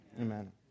Amen